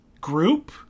group